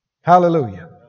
Hallelujah